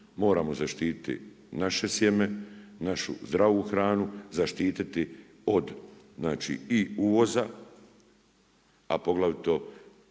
moramo zaštiti naše sjeme, našu zdravu hranu, zaštiti od znači i uvoza, a poglavito